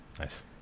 Nice